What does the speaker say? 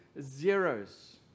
zeros